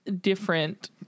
different